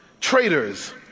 traitors